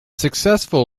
successful